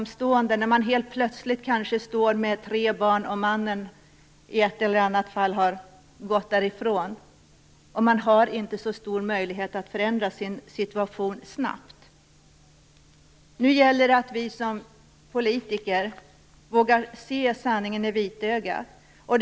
Det kan också gälla någon som plötsligt blivit övergiven av mannen och står ensam med tre barn. Man har då inte så stor möjlighet att snabbt förändra sin situation. Det gäller nu att vi som politiker vågar se sanningen i vitögat.